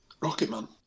Rocketman